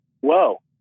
Whoa